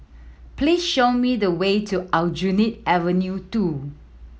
please show me the way to Aljunied Avenue Two